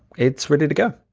it's ready to go.